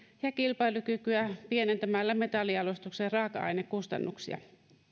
ja kilpailukykyä pienentämällä metallijalostuksen raaka ainekustannuksia